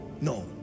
No